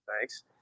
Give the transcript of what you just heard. Thanks